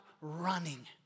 running